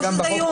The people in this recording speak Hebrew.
או שזה איומים?